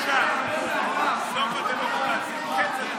סוף הדמוקרטיה, קץ הדמוקרטיה.